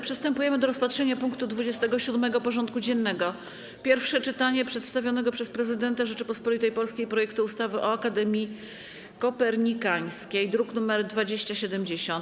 Przystępujemy do rozpatrzenia punktu 27. porządku dziennego: Pierwsze czytanie przedstawionego przez Prezydenta Rzeczypospolitej Polskiej projektu ustawy o Akademii Kopernikańskiej (druk nr 2070)